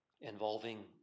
involving